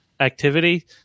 activity